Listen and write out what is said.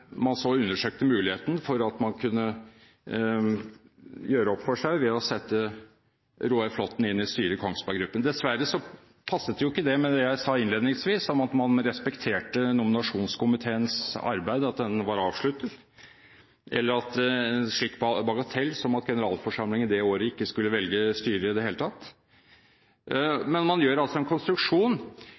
man kunne gjøre opp for seg ved å sette Roar Flåthen inn i styret i Kongsberg Gruppen. Dessverre passet ikke det med det jeg sa innledningsvis om at man respekterte at nominasjonskomiteens arbeid var avsluttet, eller en slik bagatell som at generalforsamlingen det året ikke skulle velge styre i det hele tatt. Man lager altså en konstruksjon